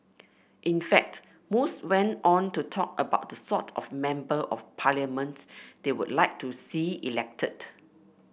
in fact most went on to talk about the sort of Member of Parliament they would like to see elected